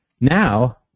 Now